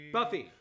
Buffy